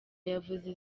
yavuze